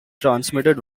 transmitted